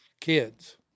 kids